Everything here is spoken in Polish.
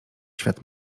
świat